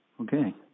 Okay